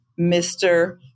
Mr